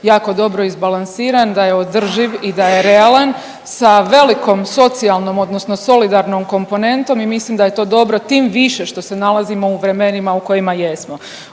jako dobro izbalansiran, da je održiv i da je realan sa velikom socijalnom odnosno solidarnom komponentom i mislim da je to dobro tim više što se nalazimo u vremenima u kojima jesmo.